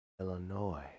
Illinois